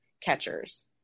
catchers